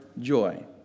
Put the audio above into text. joy